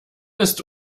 ist